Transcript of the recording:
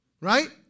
Right